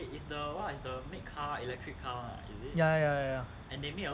ya ya ya